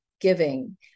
giving